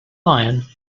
lion